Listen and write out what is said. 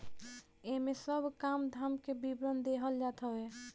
इमे सब काम धाम के विवरण देहल जात हवे